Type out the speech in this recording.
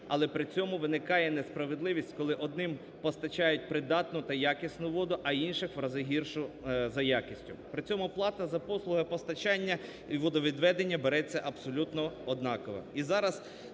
Але при цьому виникає несправедливість, коли одним постачають придатну та якісну воду, а іншим – в рази гіршу за якістю. При цьому плата за послуги постачання і водовідведення береться абсолютно однакова.